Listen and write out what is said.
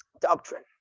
doctrine